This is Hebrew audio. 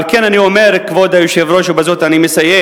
על כן, אני אומר, כבוד היושב-ראש, ובזה אני מסיים: